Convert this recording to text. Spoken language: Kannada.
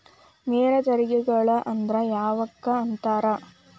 ನೇರ ತೆರಿಗೆಗಳ ಅಂದ್ರ ಯಾವಕ್ಕ ಅಂತಾರ